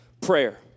prayer